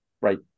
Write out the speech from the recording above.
Right